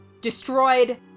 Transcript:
destroyed